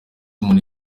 umuntu